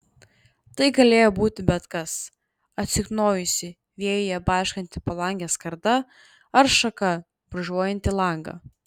tai galėjo būti bet kas atsiknojusi vėjyje barškanti palangės skarda ar šaka brūžuojanti langą